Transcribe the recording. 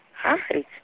Hi